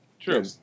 True